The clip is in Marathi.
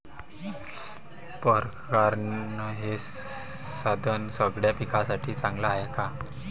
परकारं हे साधन सगळ्या पिकासाठी चांगलं हाये का?